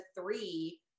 three